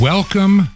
Welcome